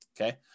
Okay